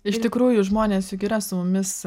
iš tikrųjų žmonės juk yra su mumis